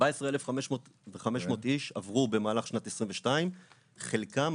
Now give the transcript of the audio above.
14,500 איש עברו במהלך שנת 2022. חלקם,